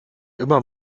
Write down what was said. immer